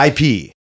IP